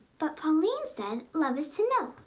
but pauline said love is to know.